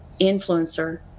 influencer